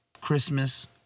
Christmas